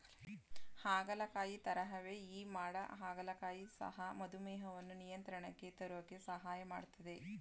ಹಾಗಲಕಾಯಿ ತರಹವೇ ಈ ಮಾಡ ಹಾಗಲಕಾಯಿ ಸಹ ಮಧುಮೇಹವನ್ನು ನಿಯಂತ್ರಣಕ್ಕೆ ತರೋಕೆ ಸಹಾಯ ಮಾಡ್ತದೆ